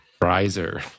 riser